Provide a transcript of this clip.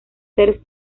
ser